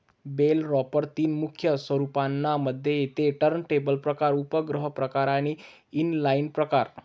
bell wrapper तीन मुख्य स्वरूपांना मध्ये येते टर्नटेबल प्रकार, उपग्रह प्रकार आणि इनलाईन प्रकार